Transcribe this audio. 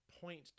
point